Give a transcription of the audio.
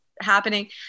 happening